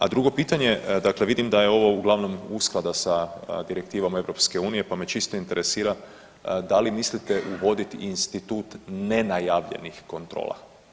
A drugo pitanje, dakle vidim da je ovo uglavnom usklada sa direktivama EU pa me čisto interesira da li mislite uvoditi institut nenajavljenih kontrola?